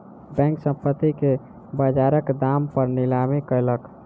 bank, संपत्ति के बजारक दाम पर नीलामी कयलक